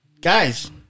Guys